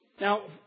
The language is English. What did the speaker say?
Now